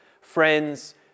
friends